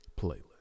playlist